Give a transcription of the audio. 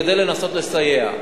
כדי לנסות לסייע.